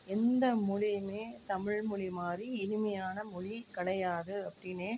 எந்த மொழியுமே தமிழ் மொழி மாதிரி இனிமையான மொழி கிடையாது அப்படின்னே